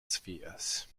spheres